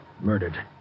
Murdered